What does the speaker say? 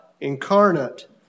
incarnate